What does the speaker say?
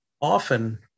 Often